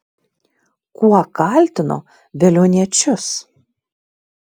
kuo kaltino veliuoniečius